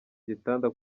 gitanda